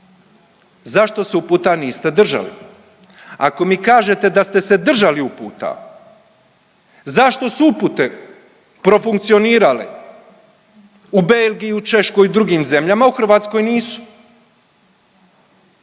zašto se uputa niste držali? Ako mi kažete da ste se držali uputa zašto su upute profunkcionirale u Belgiji, u Češkoj i drugim zemljama u Hrvatskoj nisu?